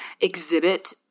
exhibit